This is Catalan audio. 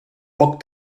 poc